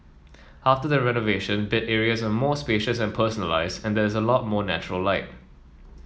after the renovation bed areas are more spacious and personalised and there is a lot more natural light